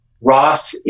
Ross